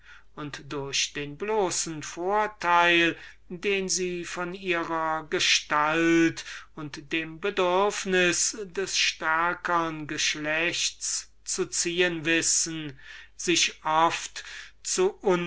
und durch den bloßen vorteil den sie von ihrer gestalt und einem gewissen bedürfnis des stärkern geschlechts zu ziehen wissen sich zu